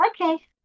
Okay